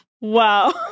Wow